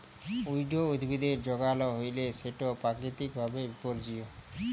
weed উদ্ভিদের যগাল হ্যইলে সেট পাকিতিক ভাবে বিপর্যয়ী